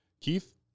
Keith